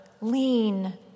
Lean